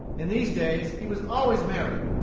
in these days he was always merry.